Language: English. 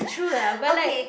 okay